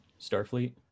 Starfleet